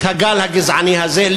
את הגל הגזעני הזה.